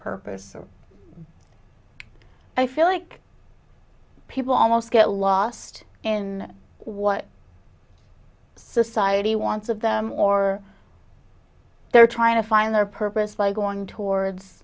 purpose or i feel like people almost get lost in what society wants of them or they're trying to find their purpose by going towards